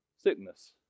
sickness